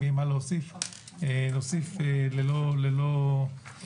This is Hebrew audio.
אם יהיה מה להוסיף אנחנו נוסיף ללא תקשורת.